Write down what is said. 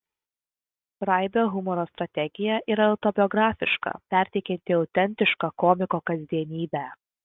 raibio humoro strategija yra autobiografiška perteikianti autentišką komiko kasdienybę